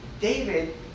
David